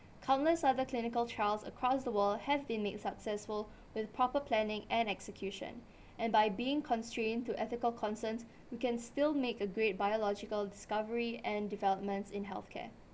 countless other clinical trials across the world have been made successful with proper planning and execution and by being constrained to ethical concerns we can still make a great biological discovery and developments in healthcare